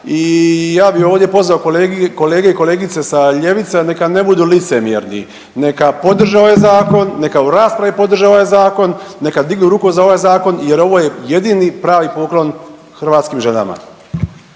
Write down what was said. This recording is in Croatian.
i ja bi ovdje pozvao kolege i kolegice sa ljevice neka ne budu licemjerni, neka podrže ovaj zakon, neka u raspravi podrže ovaj, neka dignu ruku za ovaj zakon jer ovo je jedini pravi poklon hrvatskim ženama.